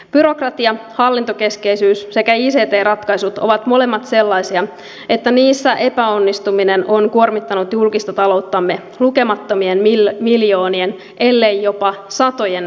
byrokratia hallintokeskeisyys sekä ict ratkaisut ovat molemmat sellaisia että niissä epäonnistuminen on kuormittanut julkista talouttamme lukemattomien miljoonien ellei jopa satojen miljoonien verran